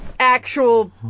Actual